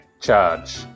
charge